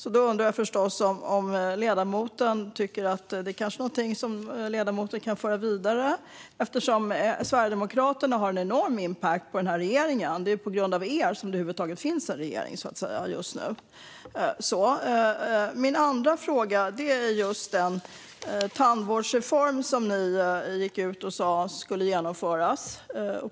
Jag undrar förstås om ledamoten kanske tycker att det är något som han kan föra vidare, eftersom Sverigedemokraterna har en enorm impact på den här regeringen. Det är på grund av er som det över huvud taget finns en regering just nu, så att säga. Min andra fråga handlar om den tandvårdsreform som ni gick ut och sa skulle genomföras.